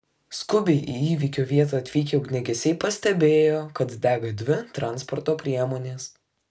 skubiai į įvykio vietą atvykę ugniagesiai pastebėjo kad dega dvi transporto priemonės